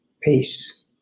peace